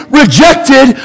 rejected